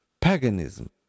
paganism